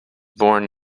born